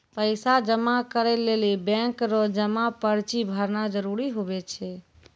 पैसा जमा करै लेली बैंक रो जमा पर्ची भरना जरूरी हुवै छै